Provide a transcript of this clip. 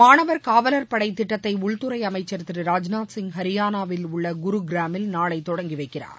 மாணவர் காவலர் படை திட்டத்தை உள்துறை அமைச்சர் திரு ராஜ்நாத் சிங் ஹரியானாவில் உள்ள குருகிராமில் நாளை தொடங்கி வைக்கிறார்